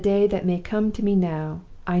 is a day that may come to me now,